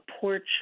porch